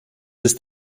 ist